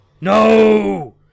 No